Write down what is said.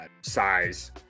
size